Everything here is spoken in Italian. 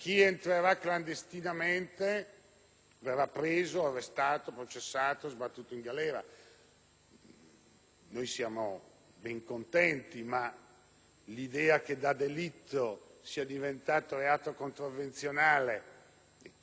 e sbattuto in galera. Ma l'idea che da delitto sia diventato reato contravvenzionale con la previsione di un'ammenda (si immagina quindi che il clandestino sbarchi con la tessera del bancomat)